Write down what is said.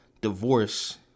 divorce